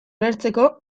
ulertzeko